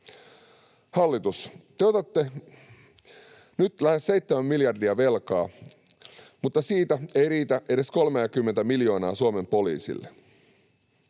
Hallitus, te otatte nyt lähes 7 miljardia velkaa, mutta siitä ei riitä edes 30:tä miljoonaa Suomen poliisille.